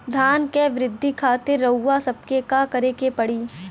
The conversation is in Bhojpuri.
धान क वृद्धि खातिर रउआ सबके का करे के पड़ी?